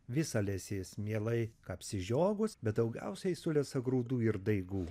visalesės mielai kapsi žiogus bet daugiausiai sulesa grūdų ir daigų